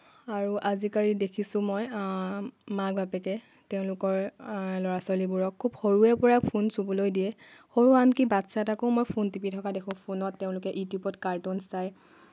আৰু আজিকালি দেখিছোঁ মই মাক বাপেকে তেওঁলোকৰ ল'ৰা ছোৱালীবোৰক খুব সৰুৰে পৰা ফোন চুবলৈ দিয়ে সৰু আনকি বাচ্ছা এটাকো মই ফোন টিপি থকা দেখোঁ ফোনত তেওঁলোকে ইউটিউবত কাৰ্টুন চায়